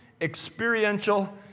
experiential